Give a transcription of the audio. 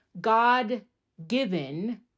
God-given